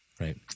Right